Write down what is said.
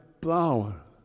power